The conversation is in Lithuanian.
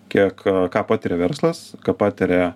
kiek ką patiria verslas ką pataria